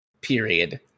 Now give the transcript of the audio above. period